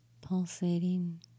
pulsating